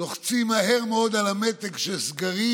לוחצים מהר מאוד על המתג של סגרים,